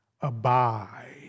abide